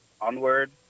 onward